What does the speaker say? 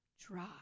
dry